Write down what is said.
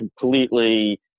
completely